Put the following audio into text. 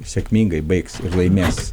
sėkmingai baigs ir laimės